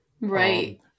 Right